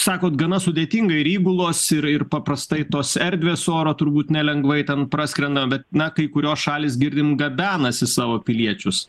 sakot gana sudėtinga ir įgulos ir ir paprastai tos erdvės oro turbūt nelengvai ten praskrenda bet na kai kurios šalys girdim gabenasi savo piliečius